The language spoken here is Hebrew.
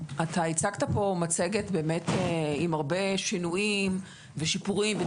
הצגת פה מצגת עם הרבה שינויים ושיפורים,